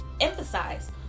emphasize